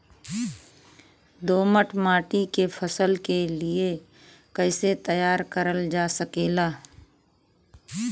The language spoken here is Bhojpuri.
दोमट माटी के फसल के लिए कैसे तैयार करल जा सकेला?